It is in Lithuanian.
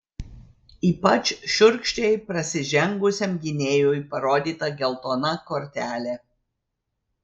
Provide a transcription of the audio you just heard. ypač šiurkščiai prasižengusiam gynėjui parodyta geltona kortelė